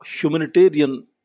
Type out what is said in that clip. humanitarian